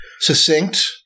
succinct